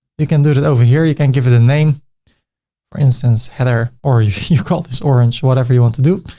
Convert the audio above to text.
you can do it over here. you can give it a name for instance, header, or you you call this orange, whatever you want to do.